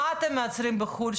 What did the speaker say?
מה אתם מייצרים בחו"ל,